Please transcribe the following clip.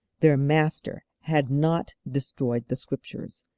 their master had not destroyed the scriptures,